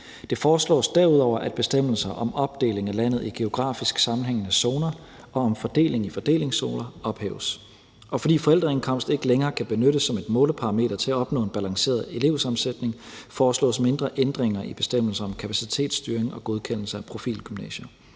Det foreslås derudover, at bestemmelser om opdeling af landet i geografisk sammenhængende zoner og om fordeling i fordelingszoner ophæves. Og fordi forældreindkomst ikke længere kan benyttes som et målparameter til at opnå en balanceret elevsammensætning, foreslås mindre ændringer i bestemmelser om kapacitetsstyring og godkendelse af profilgymnasier.